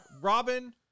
Robin